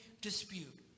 dispute